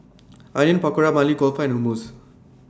Onion Pakora Maili Kofta and Hummus